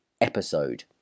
episode